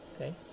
okay